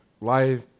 life